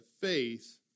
faith